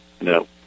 No